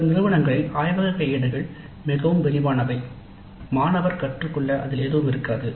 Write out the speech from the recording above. சில நிறுவனங்களில் ஆய்வக கையேடுகள் மிகவும் விரிவானவை மாணவர் கற்றுக்கொள்ள அதில் எதுவும் இருக்காது